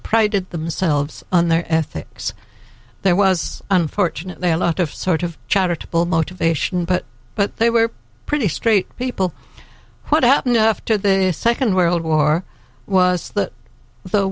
prided themselves on their ethics there was unfortunately a lot of sort of charitable motivation but but they were pretty straight people what happened after the second world war was that